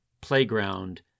playground